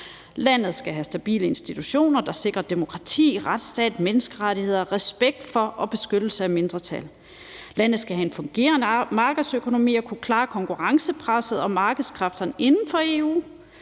Landet skal have stabile institutioner, der sikrer demokrati, retsstat, menneskerettigheder og respekt for og beskyttelse af mindretal. Lande skal have en fungerende markedsøkonomi og skal kunne klare konkurrencepresset og markedskræfterne inden for EU.